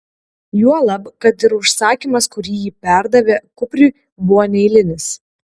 juolab kad ir užsakymas kurį ji perdavė kupriui buvo neeilinis